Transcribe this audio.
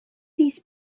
these